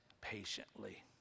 patiently